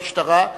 למשטרה,